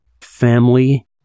family